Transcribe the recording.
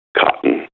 cotton